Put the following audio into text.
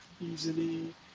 easily